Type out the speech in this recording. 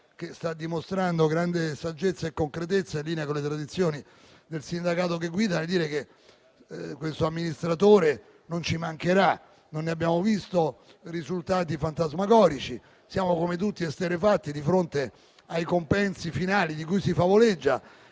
che sta dimostrando grande saggezza e concretezza, in linea con le tradizioni del sindacato che guida, nel dire che questo amministratore non ci mancherà. Non abbiamo visto risultati fantasmagorici e siamo come tutti esterrefatti di fronte ai compensi finali di cui si favoleggia,